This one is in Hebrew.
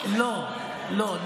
לא, לא, לא.